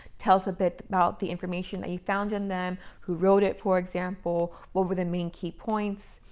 tell us a bit about the information that you found in them, who wrote it, for example, what were the main key points?